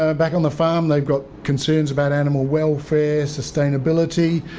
ah back on the farm they've got concerns about animal welfare sustainability.